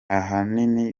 ahanini